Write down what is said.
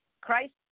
Christ